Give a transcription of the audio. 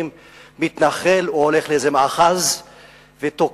מתנחל או הולך לאיזה מאחז ותוקע שם את חייו,